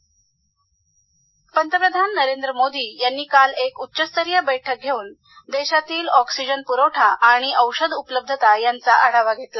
पंतप्रधान पंतप्रधान नरेंद्र मोदी यांनी काल एक उच्चस्तरीय बैठक घेउन देशातील ऑक्सिजन पुरवठा आणि औषध उपलब्धता यांचा आढावा घेतला